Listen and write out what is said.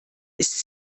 ist